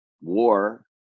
war